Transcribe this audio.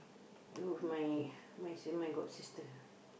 with my my s~ my godsister